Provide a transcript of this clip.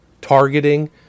targeting